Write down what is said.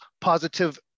positive